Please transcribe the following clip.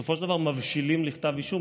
בסופו של דבר מבשילים לכתב אישום.